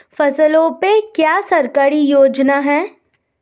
फसलों पे क्या सरकारी योजना है?